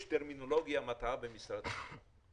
יש טרמינולוגיה מטעה במשרד החינוך.